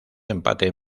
empate